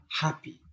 happy